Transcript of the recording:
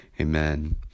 Amen